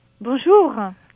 Bonjour